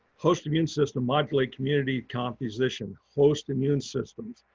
host immune system modulates community composition. host immune systems.